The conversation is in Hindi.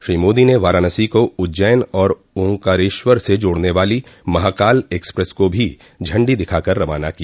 श्री मोदी ने वाराणसी को उज्जैन और ओंकारेश्वर से जोड़ने वाली महाकाल एक्सप्रेस को भी झंडी दिखाकर रवाना किया